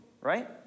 right